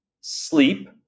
sleep